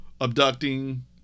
abducting